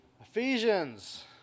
Ephesians